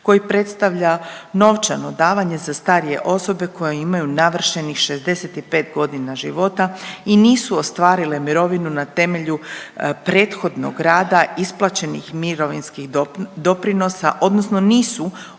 koji predstavlja novčano davanje za starije osobe koje imaju navršenih 65 godina života i nisu ostvarile mirovinu na temelju prethodnog rada isplaćenih mirovinskih doprinosa, odnosno nisu osigurale